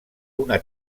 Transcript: una